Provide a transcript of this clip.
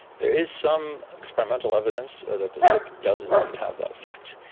there is some experimental evidence that the chip does indeed have that effect.